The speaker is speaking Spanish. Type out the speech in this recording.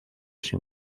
sin